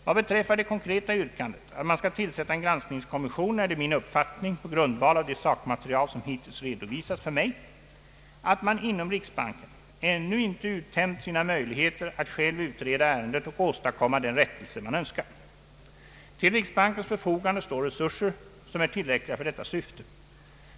Vad beträffar det konkreta yrkandet att man skall tillsätta en granskningskommission är det min uppfattning på grundval av det sakmaterial som hittills redovisats för mig att man inom riksbanken ännu inte uttömt sina möjligheter att själva utreda ärendet och åstadkomma den rättelse man önskar. Till riksbankens förfogande står resurser som är tillräckliga för detta syfte.